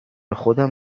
خودم